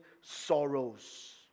sorrows